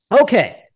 Okay